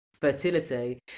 fertility